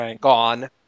gone